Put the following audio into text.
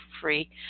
free